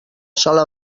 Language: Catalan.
sola